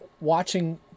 watching